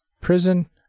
prison